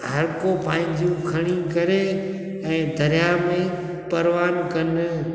हर को पंहिंजूं खणी करे ऐं दरियाह में परवान कनि